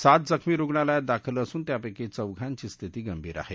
सात जखमी रुग्णालयात दाखल असून त्यापैकी चौघांची स्थिती गंभीर आहे